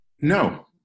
No